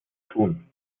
tun